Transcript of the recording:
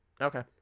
Okay